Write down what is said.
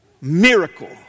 Miracle